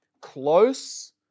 close